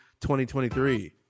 2023